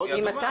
ממתי זה?